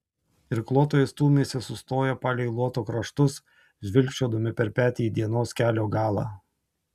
irkluotojai stūmėsi sustoję palei luoto kraštus žvilgčiodami per petį į dienos kelio galą